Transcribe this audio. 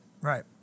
right